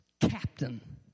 captain